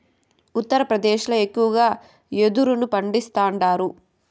ఉత్తరప్రదేశ్ ల ఎక్కువగా యెదురును పండిస్తాండారు